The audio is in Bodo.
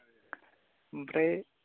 ओमफ्राय